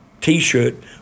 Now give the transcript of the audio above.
T-shirt